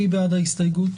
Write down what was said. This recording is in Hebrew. מי בעד ההסתייגות?